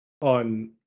on